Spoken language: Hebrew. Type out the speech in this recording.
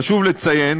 חשוב לציין,